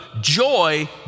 Joy